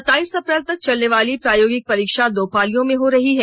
सत्ताईस अप्रैल तक चलने वाली प्रायोगिक परीक्षा दो पालियों में हो रही है